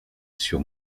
sur